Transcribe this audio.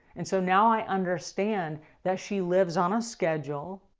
and so now i understand that she lives on a schedule.